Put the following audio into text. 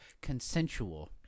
consensual